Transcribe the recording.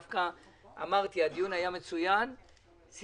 הדיון היה מצוין אבל לצערי,